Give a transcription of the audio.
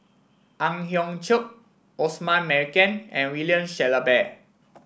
Ang Hiong Chiok Osman Merican and William Shellabear